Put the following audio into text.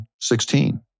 16